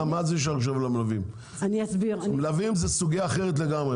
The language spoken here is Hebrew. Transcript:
מלווים הם סוגיה אחרת לגמרי.